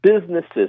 businesses